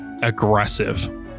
aggressive